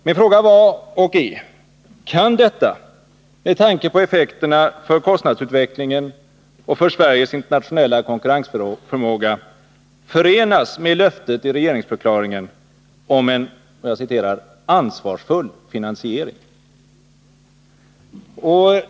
Min fråga var och är: Kan detta med tanke på effekterna för kostnadsutvecklingen och för Sveriges internationella konkurensförmåga förenas med löftet i regeringsförklaringen om en ”ansvarsfull finansiering”?